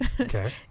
Okay